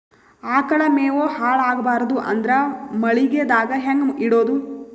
ಆಕಳ ಮೆವೊ ಹಾಳ ಆಗಬಾರದು ಅಂದ್ರ ಮಳಿಗೆದಾಗ ಹೆಂಗ ಇಡೊದೊ?